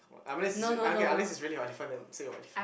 um unless is uh okay unless is really about elephant then say about elephant